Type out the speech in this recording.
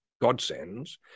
godsends